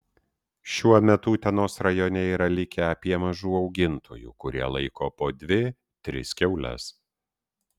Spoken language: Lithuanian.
šiuo metu utenos rajone yra likę apie mažų augintojų kurie laiko po dvi tris kiaules